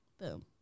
Boom